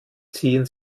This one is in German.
ziehen